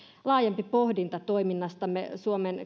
laajempi pohdinta toiminnastamme suomen